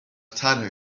طرح